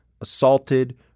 assaulted